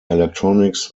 electronics